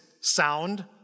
sound